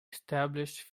established